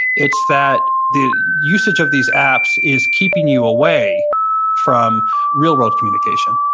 it's that the usage of these apps is keeping you away from real-world communication.